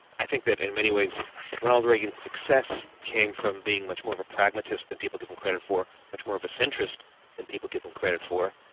i think that in many ways ronald reagan's success came from being much more of a pragmatist than people give him credit for, much more of a centrist than people give him credit for,